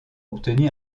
obtenu